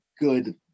good